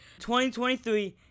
2023